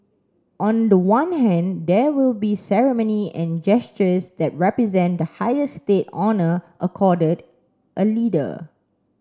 on the one hand there will be ceremony and gestures that represent the highest state honour accorded a leader